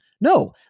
No